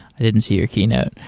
i didn't see your keynote.